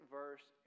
verse